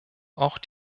auch